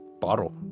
bottle